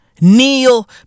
Kneel